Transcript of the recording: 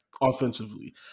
Offensively